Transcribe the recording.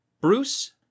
Bruce